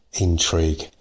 intrigue